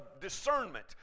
discernment